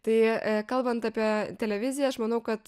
tai kalbant apie televiziją aš manau kad